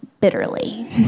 bitterly